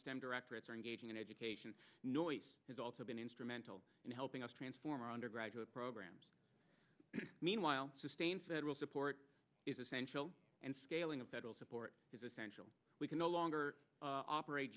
stem directors are engaging in education noice has also been instrumental in helping us transform our undergraduate programs meanwhile sustain federal support is essential and scaling of federal support is essential we can no longer operate